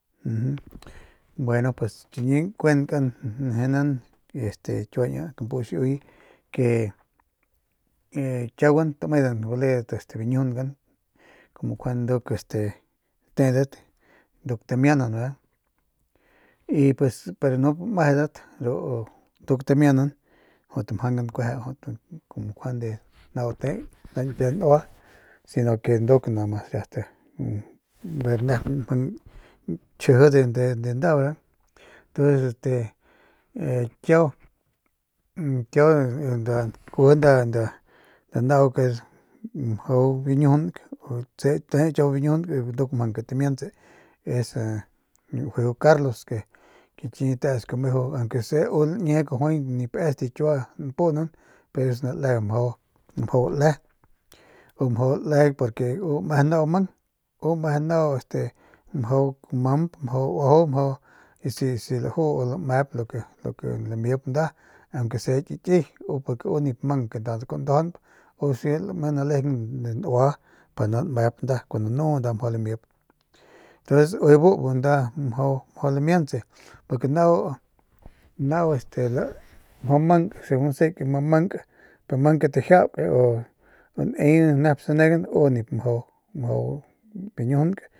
bueno pues chiñi nkuenkan njenan este kiua niña kampu xiiuy ke kiaguan tamjinan mjau baledat este biñujungat como njuande nduk este teedat teedat nduk tamianan verda y pues nup mejedat ru nduk tamianan jut mjangan kuejep jut njuande jut njuande nau te de ñkie nua si no ke nduk nomas ver nep mjang ntchji de nda verda te ntuns este kiau kiau nkuji nda nda nau ke es mjau biñujunk te es kiau biñujunk ndu mjang ke tamiantse es ua juiu carlos que que chi teesku meju aunke se u lañe kajuay pe es de kiua npunan pero es nda le mjau mjau le u mjau le porque u meje nau u mang u mese nau este mjau mamp mjau uajau mjau si si lajuu u lamayp lo ke lamip nda aunque se ki kiy purke u nip mang ke nda kuajau ndajaunp u laji lame nalejeng de biu ñkie nua pa nda nmayp nda kuandu u nuu nda mjau lamp ujuy bu nda ntuns ujuy bu nda mjau mjau lamiantse porque nau nau este mjau mank segun sek mjau mank u mang ke tajiauke u ne nep sanegan.